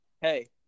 Hey